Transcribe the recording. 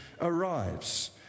arrives